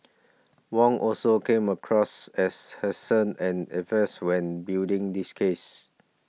Wong also came across as hesitant and evasive when building his case